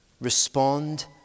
respond